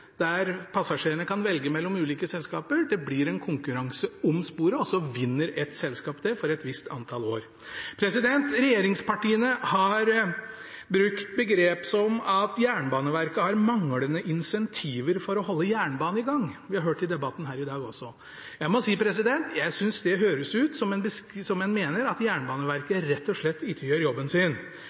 der passasjerene kan velge mellom ulike selskaper, det blir en konkurranse om sporet, og så vinner et selskap det for et visst antall år. Regjeringspartiene har brukt begrep som at Jernbaneverket har manglende incentiver for å holde jernbanen i gang; vi har hørt det i debatten her i dag også. Jeg synes det høres ut som om en mener at Jernbaneverket rett og slett ikke gjør jobben sin.